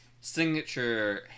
signature